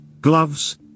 gloves